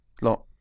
Lot